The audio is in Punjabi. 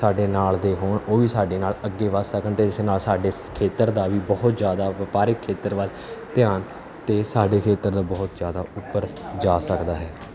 ਸਾਡੇ ਨਾਲ ਦੇ ਹੋਣ ਉਹ ਵੀ ਸਾਡੇ ਨਾਲ ਅੱਗੇ ਵੱਧ ਸਕਣ ਅਤੇ ਇਸ ਨਾਲ ਸਾਡੇ ਸ ਖੇਤਰ ਦਾ ਵੀ ਬਹੁਤ ਜ਼ਿਆਦਾ ਵਪਾਰਿਕ ਖੇਤਰ ਵੱਲ ਧਿਆਨ ਅਤੇ ਸਾਡੇ ਖੇਤਰ ਦਾ ਬਹੁਤ ਜ਼ਿਆਦਾ ਉੱਪਰ ਜਾ ਸਕਦਾ ਹੈ